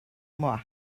moi